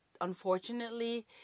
unfortunately